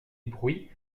bruits